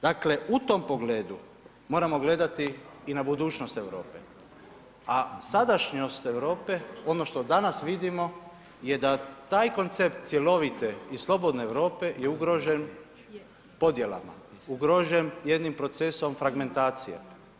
Dakle, u tom pogledu moramo gledati i na budućnost Europe, a sadašnjost Europe ono što danas vidimo je da taj koncept cjelovite i slobodne Europe je ugrožen podjelama, ugrožen jednim procesom fragmentacije.